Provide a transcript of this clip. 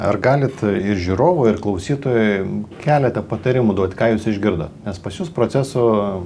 ar galit ir žiūrovui ir klausytojui keletą patarimų duot ką jūs išgirdo nes pas jus procesų